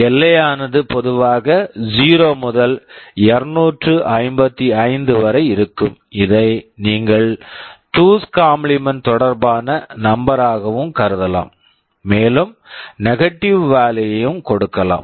எல்லையானது பொதுவாக 0 முதல் 255 வரை இருக்கும் இதை நீங்கள் 2' ஸ் காம்பிளிமென்ட் complement தொடர்பான நம்பர் number ஆகவும் கருதலாம் மேலும் நெகட்டிவ் negative வாலுயு value வையும் கொடுக்கலாம்